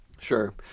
sure